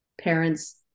parents